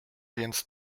więc